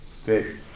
fish